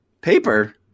Paper